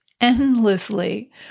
endlessly